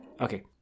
Okay